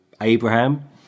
Abraham